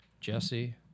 Jesse